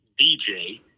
DJ